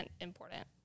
important